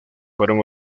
fueron